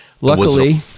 luckily